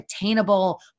attainable